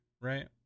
right